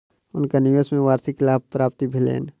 हुनका निवेश में वार्षिक लाभक प्राप्ति भेलैन